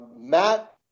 Matt